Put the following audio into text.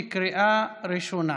בקריאה ראשונה.